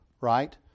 right